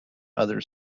other